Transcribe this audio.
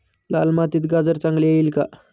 लाल मातीत गाजर चांगले येईल का?